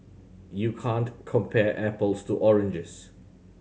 you can't compare apples to oranges